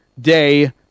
day